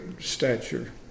stature